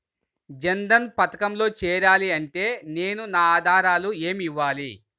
జన్ధన్ పథకంలో చేరాలి అంటే నేను నా ఆధారాలు ఏమి ఇవ్వాలి?